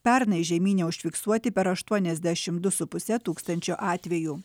pernai žemyne užfiksuoti per aštuoniasdešim du su puse tūkstančio atvejų